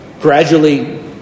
gradually